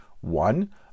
One